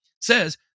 says